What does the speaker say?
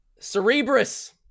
Cerebrus